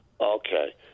Okay